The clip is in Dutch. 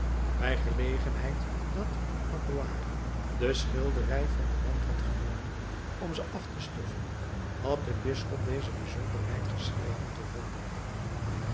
bij gelegenheid dat magloire de schilderij van den wand had genomen om ze af te stoffen had de bisschop deze bijzonderheid geschreven gevonden